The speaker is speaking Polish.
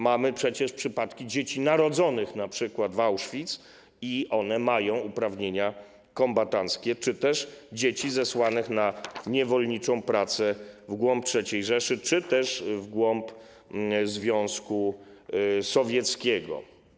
Mamy przecież przypadki dzieci narodzonych np. w Auschwitz - i one mają uprawnienia kombatanckie, czy też przypadki dzieci zesłanych na niewolniczą pracę w głąb III Rzeszy czy w głąb Związku Sowieckiego.